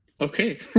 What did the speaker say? Okay